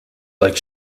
like